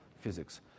physics